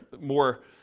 more